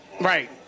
Right